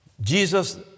Jesus